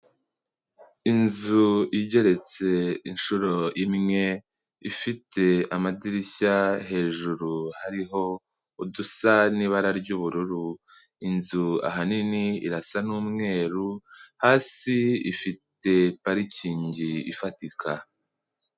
Inzu igeretse inshuro imwe, ifite amadirishya hejuru hariho udusa n'ibara ry'ubururu, inzu ahanini irasa n'umweru, hasi ifite parikingi ifatika.